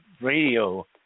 radio